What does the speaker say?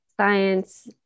science